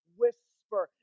whisper